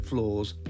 Floors